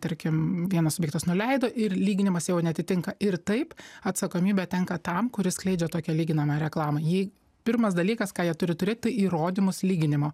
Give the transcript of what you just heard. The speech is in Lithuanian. tarkim vienas subjektas nuleido ir lyginimas jau neatitinka ir taip atsakomybė tenka tam kuris skleidžia tokią lyginamą reklamą jei pirmas dalykas ką jie turi turėt tai įrodymus lyginimo